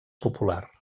popular